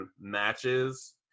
matches